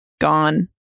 gone